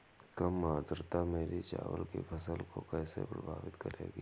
कम आर्द्रता मेरी चावल की फसल को कैसे प्रभावित करेगी?